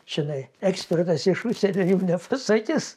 žinai ekspertas iš užsienio jum nepasakys